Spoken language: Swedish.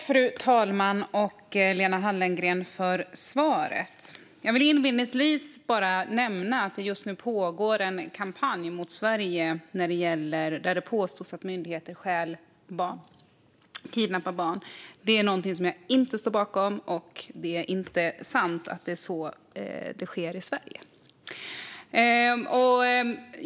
Fru talman! Tack, Lena Hallengren, för svaret! Jag vill inledningsvis bara nämna att det just nu pågår en kampanj mot Sverige, där det påstås att myndigheter kidnappar barn. Det är någonting som jag inte står bakom, och det är inte sant att så sker i Sverige.